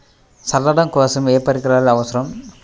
చల్లడం కోసం ఏ పరికరాలు అవసరం?